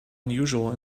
unusual